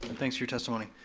thanks for your testimony.